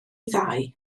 ddau